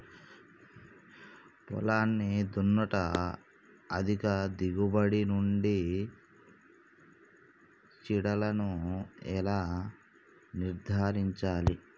పొలాన్ని దున్నుట అధిక దిగుబడి నుండి చీడలను ఎలా నిర్ధారించాలి?